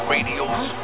Radio's